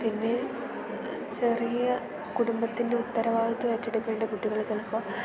പിന്നെ ചെറിയ കുടുംബത്തിൻ്റെ ഉത്തരവാദിത്തം ഏറ്റെടുക്കേണ്ട കുട്ടികള് ചിലപ്പോൾ